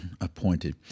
appointed